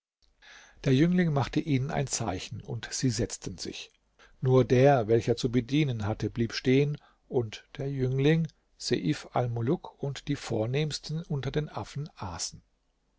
der jüngling machte ihnen ein zeichen und sie setzten sich nur der welcher zu bedienen hatte blieb stehen und der jüngling seif almuluk und die vornehmsten unter den affen aßen